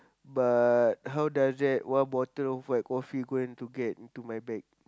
but how does that one bottle of white coffee going to get into my bag